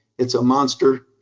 it's a monster,